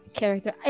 character